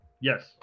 yes